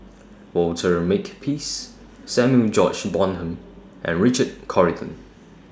Walter Makepeace Samuel George Bonham and Richard Corridon